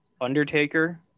Undertaker